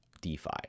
DeFi